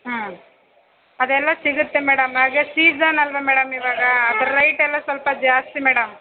ಹ್ಞೂ ಅದೆಲ್ಲ ಸಿಗುತ್ತೆ ಮೇಡಮ್ ಹಾಗೆ ಸೀಸನ್ ಅಲ್ಲವ ಮೇಡಮ್ ಇವಾಗ ಅದ್ರ ರೈಟೆಲ್ಲ ಸ್ವಲ್ಪ ಜಾಸ್ತಿ ಮೇಡಮ್